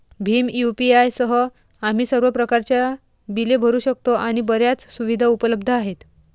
Bhim UPI सह, आम्ही सर्व प्रकारच्या बिले भरू शकतो आणि बर्याच सुविधा उपलब्ध आहेत